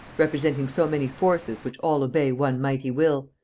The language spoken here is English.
representing so many forces which all obey one mighty will.